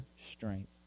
strength